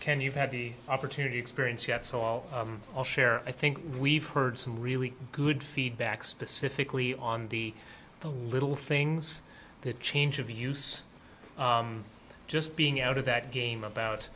ken you've had the opportunity experience yet so i'll i'll share i think we've heard some really good feedback specifically on the the little things that change of use just being out of that game about